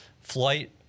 flight